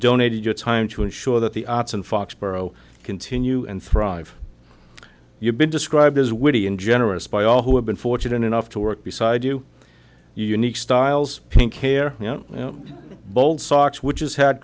donated your time to ensure that the arts in foxborough continue and thrive you've been described as witty and generous by all who have been fortunate enough to work beside you unique styles pink hair you know bold socks which has had